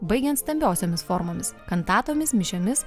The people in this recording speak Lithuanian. baigiant stambiosiomis formomis kantatomis mišiomis